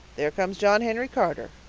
there comes john henry carter,